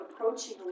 approaching